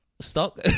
Stock